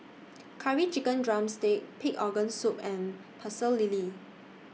Curry Chicken Drumstick Pig Organ Soup and Pecel Lele